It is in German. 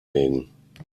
wegen